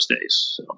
days